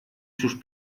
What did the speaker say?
sus